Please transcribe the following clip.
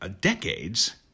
decades